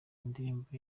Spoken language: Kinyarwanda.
indirimbo